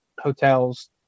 hotels